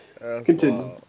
Continue